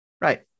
right